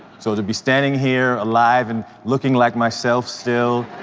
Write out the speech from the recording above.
so to be standing here alive and looking like myself still.